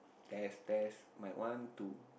test test mic one two